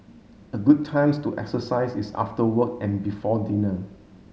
a good times to exercise is after work and before dinner